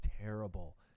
terrible